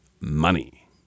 Money